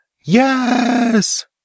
Yes